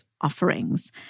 offerings